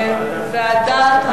ועדה.